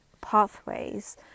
pathways